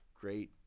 great